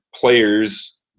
players